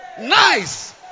nice